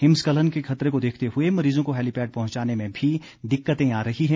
हिमस्खलन के खतरे को देखते हुए मरीजों को हैलीपैड पहुंचाने में भी दिक्कते आ रही है